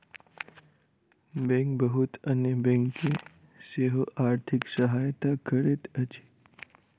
bank बहुत अन्य bank के सेहो आर्थिक सहायता करैत अछि